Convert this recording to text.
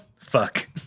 fuck